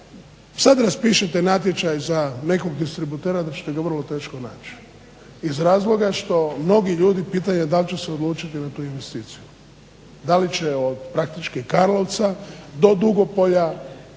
sad raspišete natječaj za nekog distributera da ćete ga vrlo teško nać iz razloga što mnogi ljudi, pitanje je dal će se odlučiti za tu investiciju. Da li će od praktički Karlovca do Dugopolja